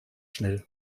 schnell